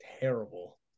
terrible